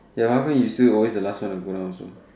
ya how come you still always the last one to go down also